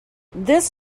this